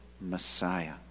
Messiah